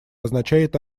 означает